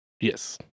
Yes